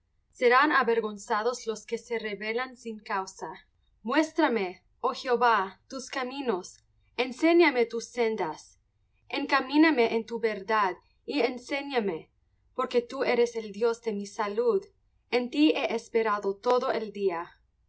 serán avergonzados los que se rebelan sin causa muéstrame oh jehová tus caminos enséñame tus sendas encamíname en tu verdad y enséñame porque tú eres el dios de mi salud en ti he esperado todo el día